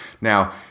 Now